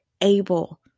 able